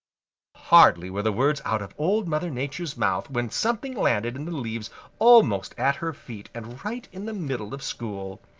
hardly were the words out of old mother nature's mouth when something landed in the leaves almost at her feet and right in the middle of school.